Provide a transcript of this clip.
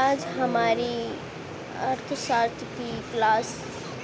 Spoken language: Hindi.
आज हमारी अर्थशास्त्र की क्लास